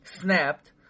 snapped